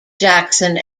jackson